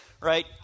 right